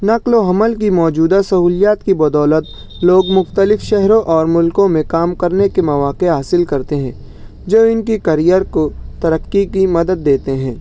نقل و حمل کی موجودہ سہولیات کی بدولت لوگ مختلف شہروں اور ملکوں میں کام کر نے کے مواقع حاصل کرتے ہیں جو ان کی کریر کو ترقی کی مدد دیتے ہیں